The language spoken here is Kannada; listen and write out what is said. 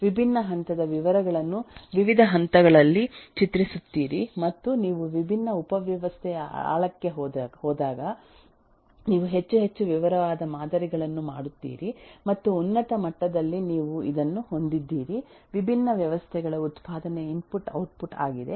ವಿಭಿನ್ನ ಹಂತದ ವಿವರಗಳನ್ನು ವಿವಿಧ ಹಂತಗಳಲ್ಲಿ ಚಿತ್ರಿಸುತ್ತೀರಿ ಮತ್ತು ನೀವು ವಿಭಿನ್ನ ಉಪವ್ಯವಸ್ಥೆಯ ಆಳಕ್ಕೆ ಹೋದಾಗ ನೀವು ಹೆಚ್ಚು ಹೆಚ್ಚು ವಿವರವಾದ ಮಾದರಿಗಳನ್ನು ಮಾಡುತ್ತೀರಿ ಮತ್ತು ಉನ್ನತ ಮಟ್ಟದಲ್ಲಿ ನೀವು ಇದನ್ನು ಹೊಂದಿದ್ದೀರಿ ವಿಭಿನ್ನ ವ್ಯವಸ್ಥೆಗಳ ಉತ್ಪಾದನೆ ಇನ್ಪುಟ್ ಔಟ್ಪುಟ್ ಆಗಿದೆ